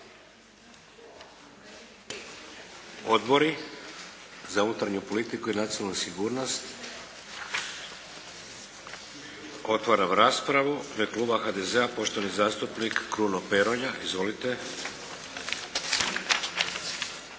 Odbori za unutarnju politiku i nacionalnu sigurnost? Otvaram raspravu. U ime kluba HDZ-a poštovani zastupnik Kruno Peronja. Izvolite.